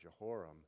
Jehoram